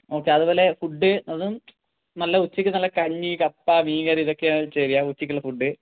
okay അതുപോലെ food അതും നല്ല ഉച്ചക്ക് നല്ല കഞ്ഞി കപ്പ മീകറി ഇതൊക്കെയാണ് ചെയ്യുക ഉച്ചക്കുള്ള ഫുഡ്